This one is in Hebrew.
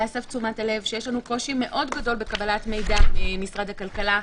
יש לנו קושי מאוד גדול בקבלת מידע ממשרד הכלכלה.